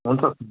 हुन्छ